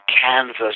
canvas